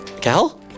Cal